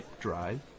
Drive